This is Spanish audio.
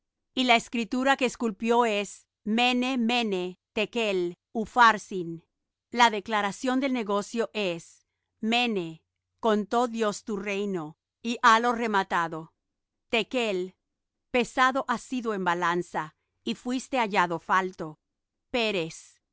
y la escritura que esculpió es mene mene tekel upharsin la declaración del negocio es mene contó dios tu reino y halo rematado tekel pesado has sido en balanza y fuiste hallado falto peres